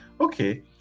Okay